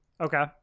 Okay